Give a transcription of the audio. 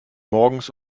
morgens